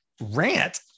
rant